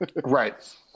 Right